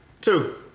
Two